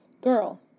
Girl